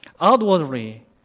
Outwardly